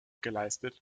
geleistet